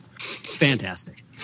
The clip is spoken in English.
Fantastic